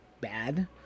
bad